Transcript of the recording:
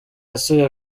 yasuye